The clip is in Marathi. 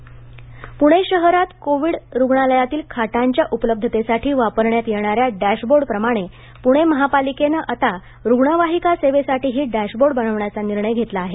डॅशबोर्ड पुणे शहरात कोविड रुग्णालयातील खाटांच्या उपलब्धतेसाठी वापरण्यात येणाऱ्या डॅशबोर्डप्रमाणे पुणे महापालिकेने आता रुग्णवाहिका सेवेसाठीही डॅशबोर्ड बनवण्याचा निर्णय घेतला आहे